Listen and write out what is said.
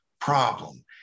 problem